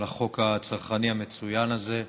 על החוק הצרכני המצוין הזה,